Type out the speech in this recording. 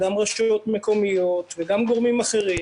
גם רשויות מקומיות וגם גורמים אחרים,